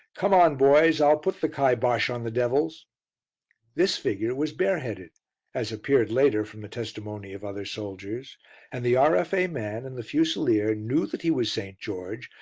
come on, boys! i'll put the kybosh on the devils this figure was bareheaded as appeared later from the testimony of other soldiers and the r f a. man and the fusilier knew that he was st. george,